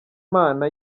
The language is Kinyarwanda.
mana